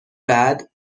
بعد